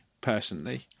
personally